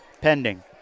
pending